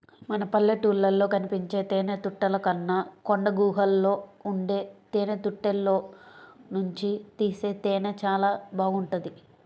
మన పల్లెటూళ్ళలో కనిపించే తేనెతుట్టెల కన్నా కొండగుహల్లో ఉండే తేనెతుట్టెల్లోనుంచి తీసే తేనె చానా బాగుంటది